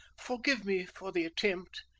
forgive me for the attempt,